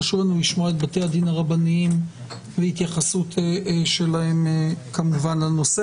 חשוב לנו לשמוע את בתי הדין הרבניים ואת ההתייחסות שלהם כמובן לנושא,